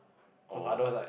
oh